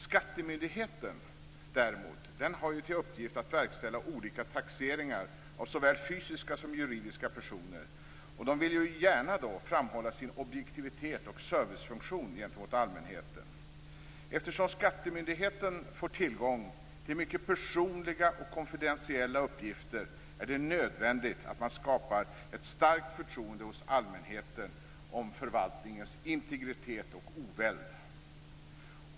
Skattemyndigheten, däremot, har ju till uppgift att verkställa olika taxeringar av såväl fysiska som juridiska personer och vill gärna framhålla sin objektivitet och servicefunktion gentemot allmänheten. Eftersom skattemyndigheten får tillgång till mycket personliga och konfidentiella uppgifter är det nödvändigt att man skapar ett starkt förtroende hos allmänheten för förvaltningens integritet och oväld.